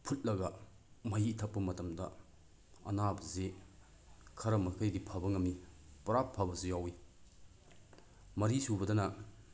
ꯐꯨꯠꯂꯒ ꯃꯍꯤ ꯊꯛꯄ ꯃꯇꯝꯗ ꯑꯅꯥꯕꯁꯤ ꯈꯔ ꯃꯈꯩꯗꯤ ꯄꯕ ꯉꯝꯃꯤ ꯄꯨꯔꯥ ꯐꯕꯁꯨ ꯌꯥꯎꯏ ꯃꯔꯤꯁꯨꯕꯗꯅ